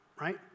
Right